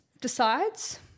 decides